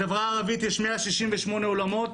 בחברה הערבית יש 168 אולמות,